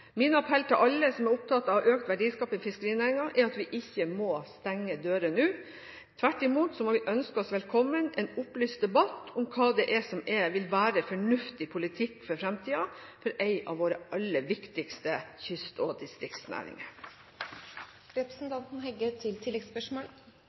Min appell til alle som er opptatt av økt verdiskaping i fiskerinæringen, er at vi ikke må stenge dører nå. Tvert imot må vi ønske velkommen en opplyst debatt om hva det er som vil være en fornuftig politikk for fremtiden for en av våre aller viktigste kyst- og